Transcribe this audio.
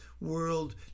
world